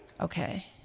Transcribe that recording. Okay